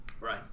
right